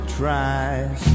tries